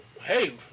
hey